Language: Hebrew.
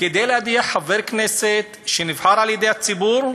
כדי להדיח חבר כנסת שנבחר על-ידי הציבור,